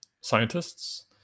scientists